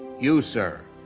you, sir,